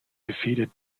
defeated